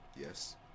Yes